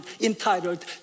entitled